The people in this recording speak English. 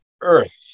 earth